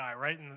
right